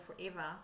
forever